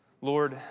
Lord